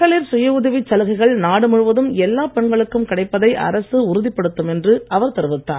மகளிர் சுயஉதவிச் சலுகைகள் நாடு முழுவதும் எல்லாப் பெண்களுக்கும் கிடைப்பதை அரசு உறுதிப்படுத்தும் என்று அவர் தெரிவித்தார்